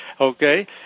okay